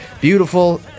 Beautiful